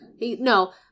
No